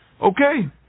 Okay